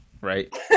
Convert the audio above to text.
right